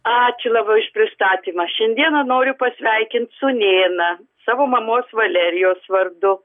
ačiū labai už pristatymą šiandieną noriu pasveikint sūnėną savo mamos valerijos vardu